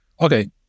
okay